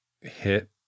hit